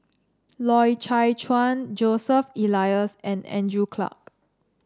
Loy Chye Chuan Joseph Elias and Andrew Clarke